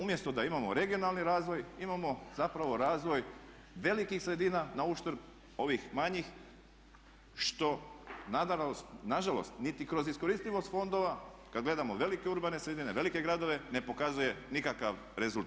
Umjesto da imamo regionalni razvoj imamo zapravo razvoj velikih sredina na uštrb ovih manjih što nažalost niti kroz iskoristivost fondova kad gledamo velike urbane sredine, velike gradove ne pokazuje nikakav rezultat.